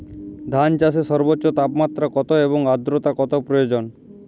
ধান চাষে সর্বোচ্চ তাপমাত্রা কত এবং আর্দ্রতা কত প্রয়োজন?